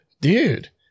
dude